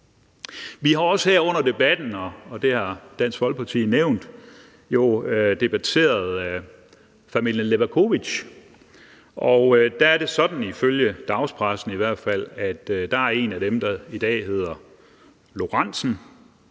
Vi har også her under debatten, og det har Dansk Folkeparti nævnt, jo debatteret familien Levakovic. Der er det sådan ifølge dagspressen i hvert fald, at der er en af dem, der i dag hedder Lorenzen;